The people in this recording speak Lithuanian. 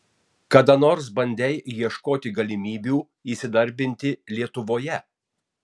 kada nors bandei ieškoti galimybių įsidarbinti lietuvoje